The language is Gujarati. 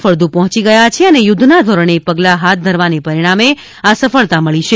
ફળદુ પહોંચી ગયા છે અને યુદ્ધના ધોરણે પગલાં હાથ ધરવાને પરિણામે આ સફળતા મળી છે